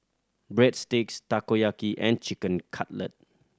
Breadsticks Takoyaki and Chicken Cutlet